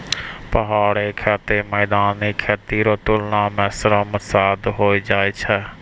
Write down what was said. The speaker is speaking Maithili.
पहाड़ी खेती मैदानी खेती रो तुलना मे श्रम साध होय जाय छै